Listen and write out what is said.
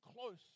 close